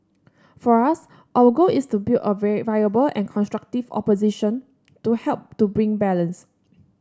for us our goal is to build a very viable and constructive opposition to help to bring balance